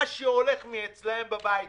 מה שהולך מן הבית שלהם.